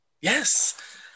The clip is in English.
Yes